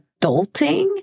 adulting